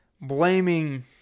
blaming